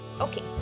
Okay